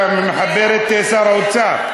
אתה מחבר את שר האוצר.